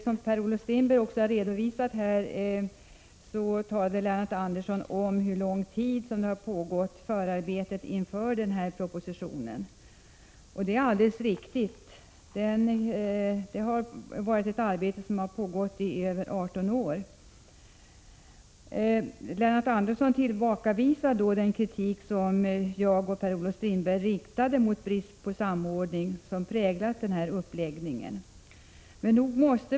Som Per-Olof Strindberg redovisade, talade Lennart Andersson om hur lång tid förarbetet inför propositionen hade pågått, nämligen över 18 år. Lennart Andersson tillbakavisade den kritik som jag och Per-Olof Strindberg riktade mot den brist på samordning som präglat uppläggningen av detta arbete.